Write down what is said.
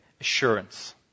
assurance